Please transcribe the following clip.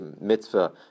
mitzvah